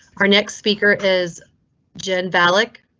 our next speaker is jen valic.